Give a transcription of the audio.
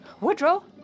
Woodrow